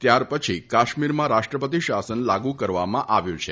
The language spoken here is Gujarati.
ત્યારપછી કાશ્મીરમાં રાષ્ટ્રપતિ શાસન લાગુ કરવામાં આવ્યું છે